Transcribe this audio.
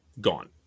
gone